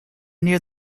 near